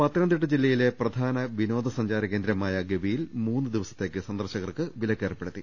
പത്തനംതിട്ട ജില്ലയിലെ പ്രധാന വിനോദ സഞ്ചാര കേന്ദ്രമായ ഗവിയിൽ മൂന്ന് ദിവസത്തേക്ക് സന്ദർശകർക്ക് വിലക്ക് ഏർപ്പെടു ത്തി